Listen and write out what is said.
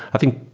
i think,